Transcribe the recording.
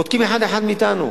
בודקים אחד-אחד מאתנו.